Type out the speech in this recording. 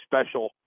special